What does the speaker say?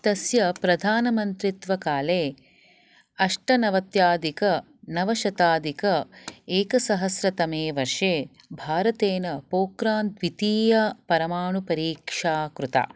तस्य प्रधानमन्त्रित्वकाले अष्टनवत्यादिकनवशादिक एकसहस्र तमे वर्षे भारतेन पोख्रान् द्वितीया परमाणुपरीक्षा कृता